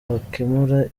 wakemura